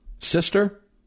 Sister